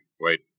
Wait